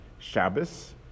Shabbos